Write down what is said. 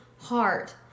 heart